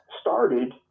started